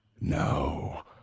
no